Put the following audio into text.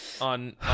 on